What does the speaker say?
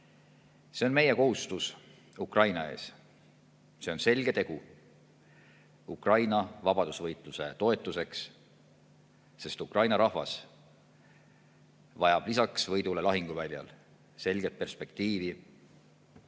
See on meie kohustus Ukraina ees. See on selge tegu Ukraina vabadusvõitluse toetuseks, sest Ukraina rahvas vajab lisaks võidule lahinguväljal selget perspektiivi